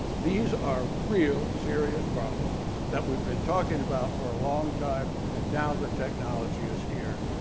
these are real serious problems that we've been talking about for a long time and now, the technology is here.